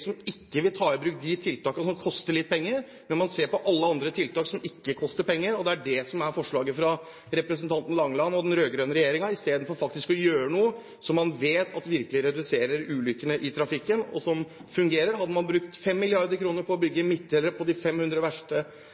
som ikke vil ta i bruk de tiltakene som koster litt penger, men man ser på alle andre tiltak som ikke koster penger. Det er det som er forslaget fra representanten Langeland og den rød-grønne regjeringen, istedenfor faktisk å gjøre noe som man vet virkelig reduserer ulykkene i trafikken, og som fungerer. Hadde man brukt 5 mrd. kr på å bygge midtdelere på de 500 verste